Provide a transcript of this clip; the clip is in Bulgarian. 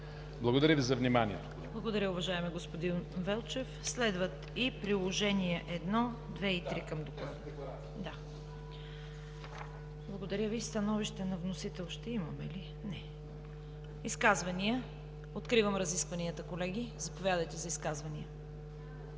Благодаря Ви, уважаеми господин Велчев. Следват и приложения 1, 2 и 3 към доклада?! Да, благодаря Ви. Становище на вносител ще имаме ли? Не. Изказвания? Откривам разискванията, колеги, заповядайте за изказвания.